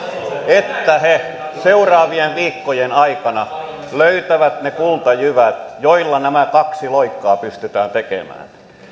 että he seuraavien viikkojen aikana löytävät ne kultajyvät joilla nämä kaksi loikkaa pystytään tekemään